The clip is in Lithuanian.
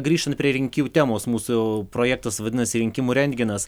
grįžtant prie rinkimų temos mūsų projektas vadinasi rinkimų rentgenas